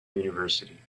university